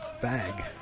bag